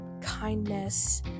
kindness